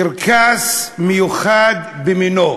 קרקס מיוחד במינו,